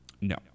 No